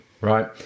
right